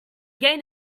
gain